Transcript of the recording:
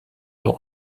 der